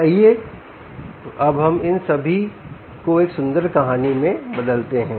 आइये अब हम इन सभी को एक सुंदर कहानी में बदलते हैं